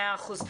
מאה אחוז.